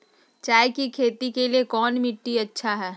चाय की खेती के लिए कौन मिट्टी अच्छा हाय?